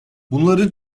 bunların